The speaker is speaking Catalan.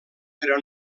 però